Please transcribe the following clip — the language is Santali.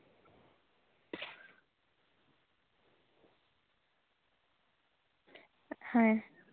ᱦᱮᱸ